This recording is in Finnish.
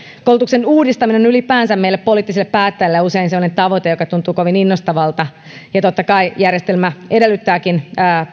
koulutuksen uudistaminen on ylipäänsä meillä poliittisilla päättäjillä usein semmoinen tavoite joka tuntuu kovin innostavalta ja totta kai järjestelmä edellyttääkin